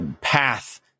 path